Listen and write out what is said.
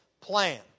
plan